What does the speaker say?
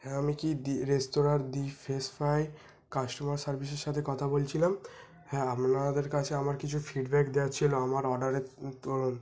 হ্যাঁ আমি কি দি রেস্তোরাঁর দি ফ্রেশ ফ্রাই কাস্টোমার সার্ভিসের সাথে কথা বলছিলাম হ্যাঁ আপনাদের কাছে আমার কিছু ফিডব্যাক দেওয়ার ছিলো আমার অর্ডারের তো